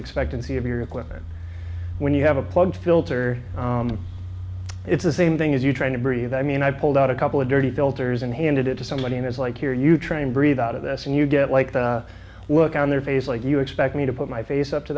expectancy of your equipment when you have a plug filter it's the same thing as you trying to breathe i mean i pulled out a couple of dirty filters and handed it to somebody and it's like here you train breathe out of this and you get like the look on their face like you expect me to put my face up to